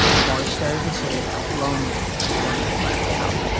more started to say they felt lonely and left out.